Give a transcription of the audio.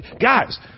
Guys